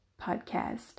podcast